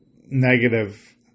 negative